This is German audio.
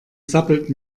sabbelt